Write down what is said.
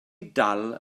dal